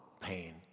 pain